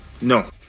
No